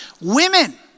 Women